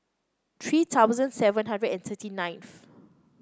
three thousand seven hundred and thirty ninth